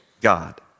God